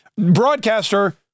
broadcaster